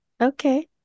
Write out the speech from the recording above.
Okay